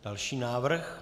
Další návrh.